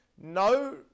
no